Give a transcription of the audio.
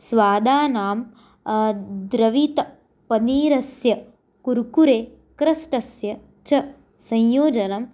स्वादानां द्रवितपनीरस्य कुर्कुरे क्रस्टस्य च संयोजनं